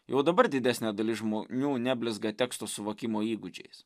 jau dabar didesnė dalis žmonių neblizga teksto suvokimo įgūdžiais